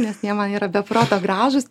nes jie man yra be proto gražūs